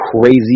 crazy